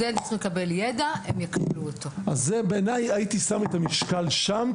אני הייתי שם את המשקל שם,